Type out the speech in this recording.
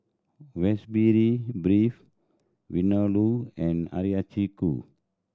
Beef Vindaloo and Hiyashi Chuka